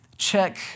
check